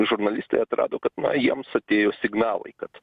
žurnalistai atrado kad na jiems atėjo signalai kad